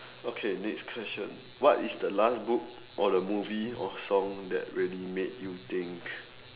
okay next question what is the last book or the movie or song that really made you think